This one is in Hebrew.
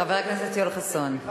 חבר הכנסת יואל חסון.